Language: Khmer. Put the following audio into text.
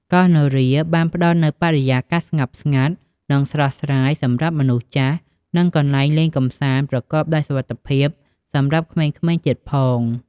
កោះនរាបានផ្ដល់នូវបរិយាកាសស្ងប់ស្ងាត់ និងស្រស់ស្រាយសម្រាប់មនុស្សចាស់ និងកន្លែងលេងកម្សាន្តប្រកបដោយសុវត្ថិភាពសម្រាប់ក្មេងៗទៀតផង។